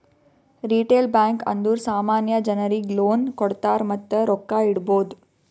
retail bank ಅಂದುರ್ ಸಾಮಾನ್ಯ ಜನರಿಗ್ ಲೋನ್ ಕೊಡ್ತಾರ್ ಮತ್ತ ರೊಕ್ಕಾ ಇಡ್ಬೋದ್